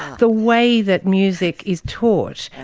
the way that music is taught.